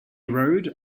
rode